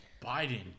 Biden